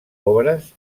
obres